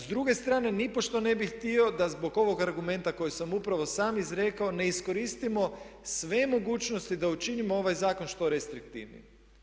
S druge strane, nipošto ne bih htio da zbog ovog argumenta kojeg sam upravo sam izrekao ne iskoristimo sve mogućnosti da učinimo ovaj zakon što restriktivnim.